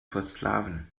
versklaven